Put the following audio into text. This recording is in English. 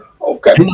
Okay